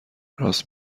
راست